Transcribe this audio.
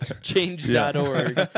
Change.org